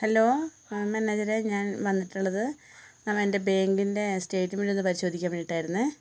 hello മാനേജരെ ഞാൻ വന്നിട്ടുള്ളത് ആ എൻ്റെ ബാങ്കിൻ്റെ സ്റ്റേമെൻറ്റൊന്ന് പരിശോധിക്കാൻ വേണ്ടീട്ടായിരുന്നു